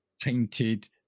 painted